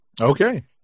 Okay